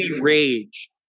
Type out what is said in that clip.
rage